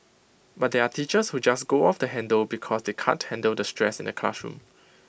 but there are teachers who just go off the handle because they can't handle the stress in the classroom